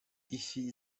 ifi